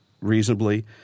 reasonably